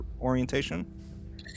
orientation